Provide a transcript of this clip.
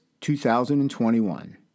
2021